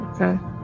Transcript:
Okay